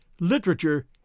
literature